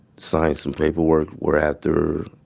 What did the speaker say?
signed some paperwork, where after